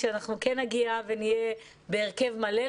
שאנחנו כן נגיע ונהיה בהרכב מלא,